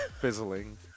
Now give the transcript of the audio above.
Fizzling